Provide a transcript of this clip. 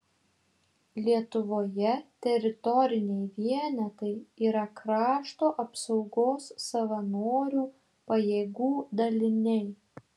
lietuvoje teritoriniai vienetai yra krašto apsaugos savanorių pajėgų daliniai